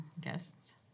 guests